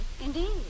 Indeed